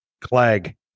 Clegg